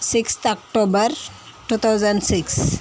sixth October two thousand six